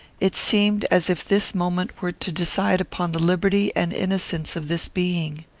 it seemed as if this moment were to decide upon the liberty and innocence of this being.